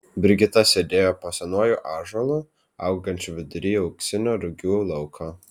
brigita sėdėjo po senuoju ąžuolu augančiu vidury auksinio rugių lauko